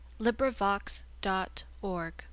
LibriVox.org